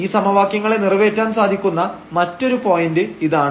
ഈ സമവാക്യങ്ങളെ നിറവേറ്റാൻ സാധിക്കുന്ന മറ്റൊരു പോയന്റ് ഇതാണ്